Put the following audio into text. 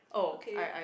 okay